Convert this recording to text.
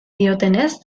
diotenez